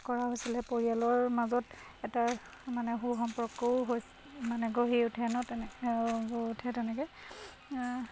কৰা হৈছিলে পৰিয়ালৰ মাজত এটা মানে সু সম্পৰ্কও হৈছে মানে গঢ়ি উঠে ন তেনেকৈ আৰু গঢ়ি উঠে তেনেকৈ